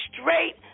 straight